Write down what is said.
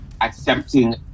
accepting